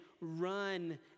run